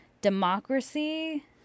democracy